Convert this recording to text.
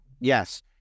yes